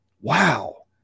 wow